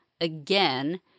again